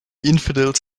infidels